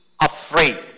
afraid